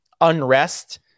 unrest